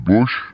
Bush